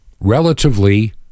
relatively